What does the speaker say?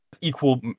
Equal